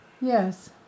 Yes